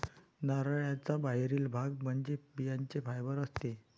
नारळाचा बाहेरील भाग म्हणजे बियांचे फायबर असते